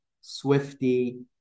swifty